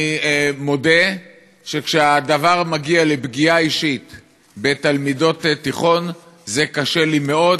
אני מודה שכשהדבר מגיע לפגיעה אישית בתלמידות תיכון זה קשה לי מאוד.